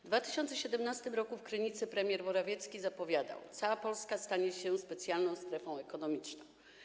W 2017 r. w Krynicy premier Morawiecki zapowiadał: Cała Polska stanie się specjalną strefą ekonomiczną.